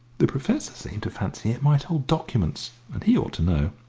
the professor seemed to fancy it might hold documents, and he ought to know.